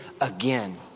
again